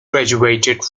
graduated